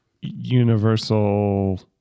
Universal